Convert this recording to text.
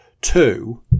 Two